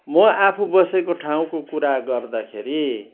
म आफू बसेको ठाउँको कुरा गर्दाखेरि